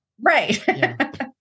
right